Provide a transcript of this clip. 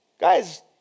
Guys